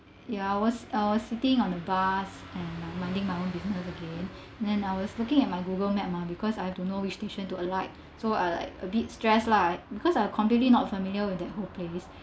ya I was I was sitting on the bus and like minding my own business again then I was looking at my google map mah because I have to know which station to alight so ah like a bit stressed lah because I was completely not familiar with that whole place